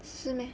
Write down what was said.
是 meh